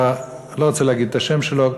לא רוצה לומר את השם שלו,